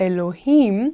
Elohim